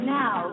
now